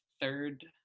third